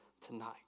tonight